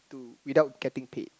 to without getting paid